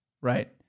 Right